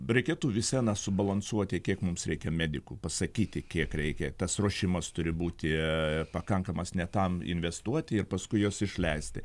reikėtų vis viena subalansuoti kiek mums reikia medikų pasakyti kiek reikia tas ruošimas turi būti pakankamas ne tam investuoti ir paskui juos išleisti